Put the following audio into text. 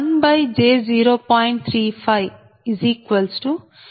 85 p